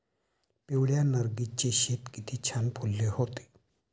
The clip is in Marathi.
पिवळ्या नर्गिसचे शेत किती छान फुलले होते